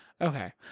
Okay